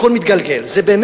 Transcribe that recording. הכול מתגלגל.